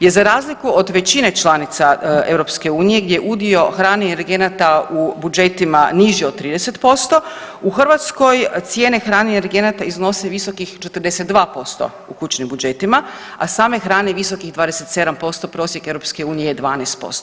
Jer za razliku od većine članica EU gdje je udio hrane i energenata u budžetima niži od 30% u Hrvatskoj cijene hrane i energenata iznosi visokih 42% u kućnim budžetima, a same hrane i visokih 27%, prosjek EU je 12%